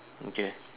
okay